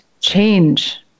change